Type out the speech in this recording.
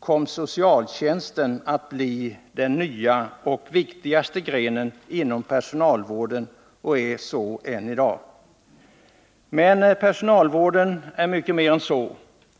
kom socialtjänsten att bli den nya och viktigaste grenen inom personalvården och är så än i dag. Men personalvården är mycket mer än så.